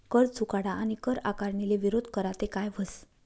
कर चुकाडा आणि कर आकारणीले विरोध करा ते काय व्हस